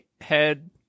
head